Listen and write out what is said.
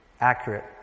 accurate